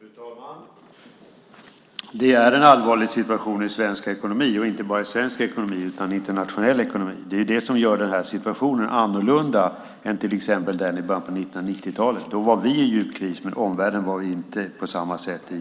Fru talman! Det är en allvarlig situation i svensk ekonomi, och inte bara i svensk utan även i internationell. Det är det som gör den här situationen annorlunda än till exempel den i början av 1990-talet. Då var vi i djup kris, men omvärlden var inte berörd på samma sätt.